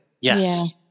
Yes